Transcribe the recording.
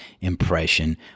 impression